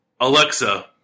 Alexa